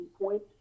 point